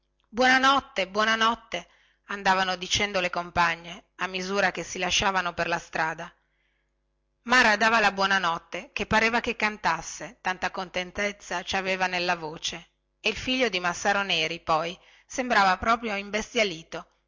notte buona notte andavano dicendo le compagne a misura che si lasciavano per la strada mara dava la buona notte che pareva che cantasse tanta contentezza ci aveva nella voce e il figlio di massaro neri poi sembrava proprio